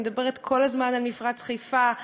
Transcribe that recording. אני מדברת כל הזמן על מפרץ חיפה,